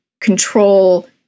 control